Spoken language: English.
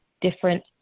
different